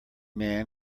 man